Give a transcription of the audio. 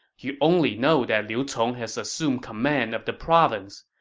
you only know that liu cong has assumed command of the province.